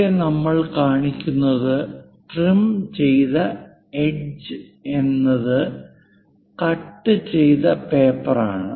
ഇവിടെ നമ്മൾ കാണിക്കുന്നത് ട്രിം ചെയ്ത എഡ്ജ് എന്നത് കട്ട് ചെയ്ത പേപ്പറാണ്